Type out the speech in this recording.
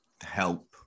help